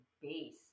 base